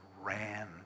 ran